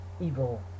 evil